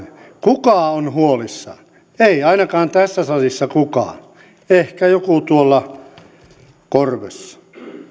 kuka on huolissaan ei ainakaan tässä salissa kukaan ehkä joku tuolla korvessa